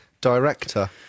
director